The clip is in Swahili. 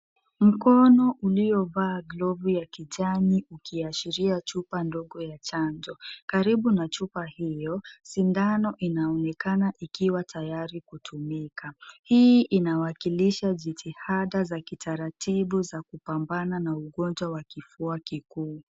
Mkono uliovaa glovu ya kijani ukiashiria chupa ndogo ya chanjo. Karibu na chupa hiyo, sindano inaonekana ikiwa tayari kutumika. Hii inawakilisha jitihada za kitaratibu za kupambana na ugonjwa wa kifua kikuu.